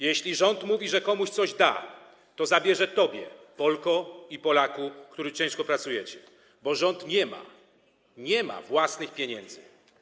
Jeśli rząd mówi, że komuś coś da, to zabierze tobie, Polko i Polaku, którzy ciężko pracujecie, bo rząd nie ma własnych pieniędzy.